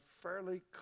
fairly